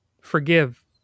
Forgive